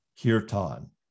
kirtan